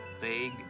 Vague